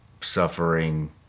suffering